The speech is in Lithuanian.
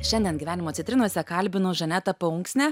šiandien gyvenimo citrinose kalbino žanetą paunksnę